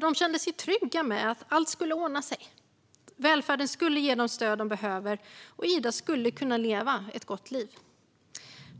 De kände sig trygga med att allt skulle ordna sig - välfärden skulle ge dem det stöd de behöver, och Ida skulle kunna leva ett gott liv.